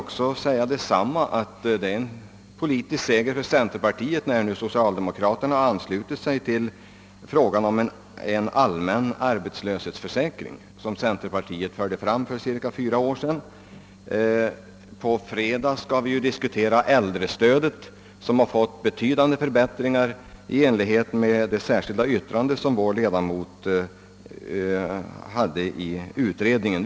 Jag vill instämma och säga, att det är en stor politisk seger för centerpartiet att socialdemokraterna nu har anslutit sig till tanken på en allmän arbetslöshetsförsäkring, som = fördes fram av centerpartiet för cirka fyra år sedan. På fredag skall vi ju diskutera stödet till äldre arbetslösa, som fått betydande förbättringar i enlighet med det särskilda yttrande som avgetts av vår ledamot i utredningen.